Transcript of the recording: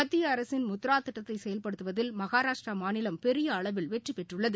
மத்தியஅரசின் முத்ராதிட்டத்தைசெயல்படுத்துவதில் மகாராஷ்டராமாநிலம் பெரியஅளவில் வெற்றிபெற்றுள்ளது